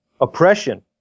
oppression